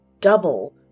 double